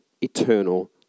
eternal